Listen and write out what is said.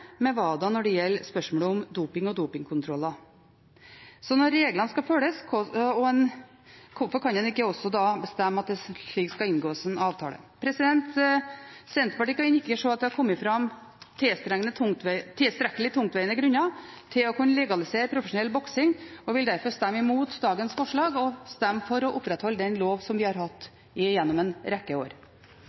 med WADA når det gjelder spørsmålet om doping og dopingkontroller. Så når reglene skal følges, hvorfor kan man ikke da bestemme at det skal inngås en slik avtale? Senterpartiet kan ikke se at det har kommet fram tilstrekkelig tungtveiende grunner til å kunne legalisere profesjonell boksing, og vil derfor stemme mot dagens forslag og stemme for å opprettholde den loven vi har hatt gjennom en rekke år.